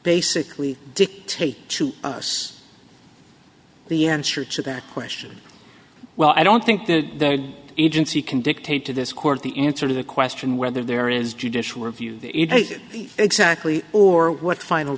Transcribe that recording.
basically dictate to us the answer to that question well i don't think that the agency can dictate to this court the answer to the question whether there is judicial review exactly or what the final